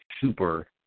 super